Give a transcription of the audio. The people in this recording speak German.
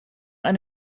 eine